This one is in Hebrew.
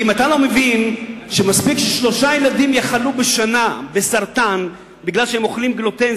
מספיק ששלושה ילדים יחלו בסרטן בשנה בגלל שהם אוכלים גלוטן,